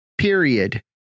Period